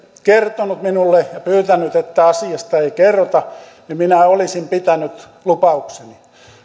kertonut minulle ja pyytänyt että asiasta ei kerrota niin minä olisin pitänyt lupaukseni